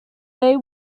they